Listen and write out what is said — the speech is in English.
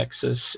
Texas